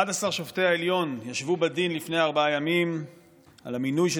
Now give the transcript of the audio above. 11 שופטי העליון ישבו בדין לפני ארבעה ימים על המינוי של